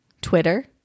Twitter